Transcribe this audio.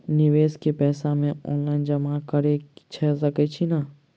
निवेश केँ पैसा मे ऑनलाइन जमा कैर सकै छी नै?